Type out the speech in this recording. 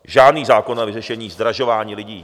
Žádný zákon na vyřešení zdražování lidí.